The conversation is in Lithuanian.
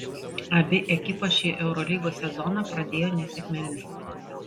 abi ekipos šį eurolygos sezoną pradėjo nesėkmėmis